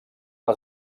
les